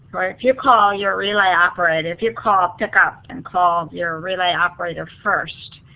if you call your relay operator, if you call, pick up and call your relay operator first,